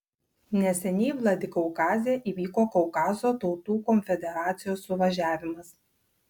neseniai vladikaukaze įvyko kaukazo tautų konfederacijos suvažiavimas